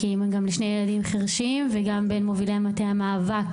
כאמא גם לשני ילדים חירשים וגם בין מובילי מטה המאבק